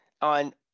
on